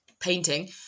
painting